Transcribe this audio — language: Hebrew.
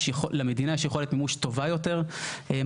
למדינה יש יכולת מימוש טובה יותר מאשר